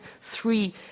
three